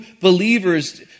believers